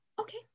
okay